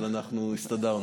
אבל הסתדרנו.